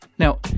Now